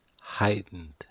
heightened